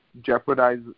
jeopardize